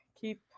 keep